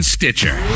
Stitcher